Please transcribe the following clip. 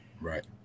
right